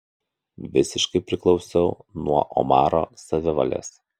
visiškai priklausiau nuo omaro savivalės